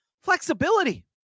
flexibility